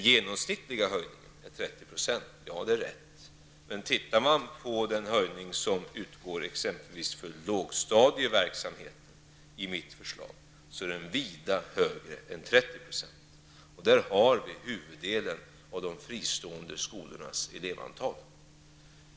Det är riktigt att den genomsnittliga höjningen är 30 %. Men höjningen för t.ex. lågstadieverksamheten är enligt mitt förslag vida mer än 30 %. Det är också på lågstadiet som huvuddelen av de fristående skolornas elever finns.